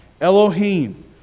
Elohim